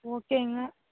ஓகேங்க